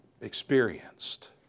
experienced